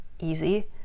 easy